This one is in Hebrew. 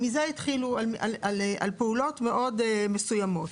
מזה התחילו על פעולות מאוד מסוימות.